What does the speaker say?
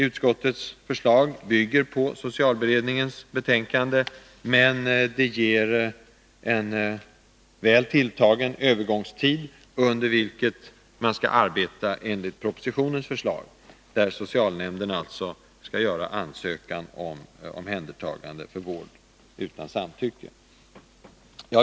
Utskottets förslag bygger på socialberedningens betänkande, men utskottet föreslår en väl tilltagen övergångstid under vilken man skall arbeta enligt propositionens förslag, dvs. socialnämnden skall göra ansökan om omhändertagande för vård utan samtycke.